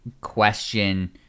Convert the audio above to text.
question